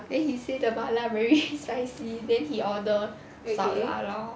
then he say the 麻辣 very spicy then he order 少辣 lor